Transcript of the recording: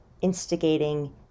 instigating